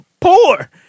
poor